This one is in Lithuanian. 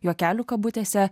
juokelių kabutėse